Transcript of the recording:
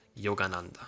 Yogananda